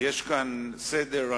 יש כאן סדר.